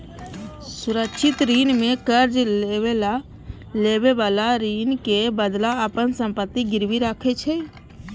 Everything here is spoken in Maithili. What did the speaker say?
सुरक्षित ऋण मे कर्ज लएबला ऋणक बदला अपन संपत्ति गिरवी राखै छै